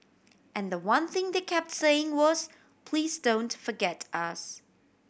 and the one thing they kept saying was please don't forget us